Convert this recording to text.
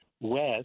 west